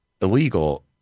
illegal